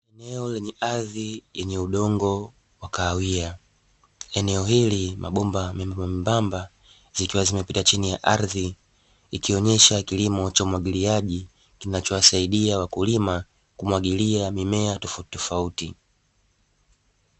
Eneo la ardhi yenye udongo wa kahawia, eneo hili mabomba membamba membamba zikiwa zimepita chini ya ardhi, ikionyesha kilimo cha umwagiliaji, kinachowasaidia wakulima kumwagilia mimea tofautitofauti.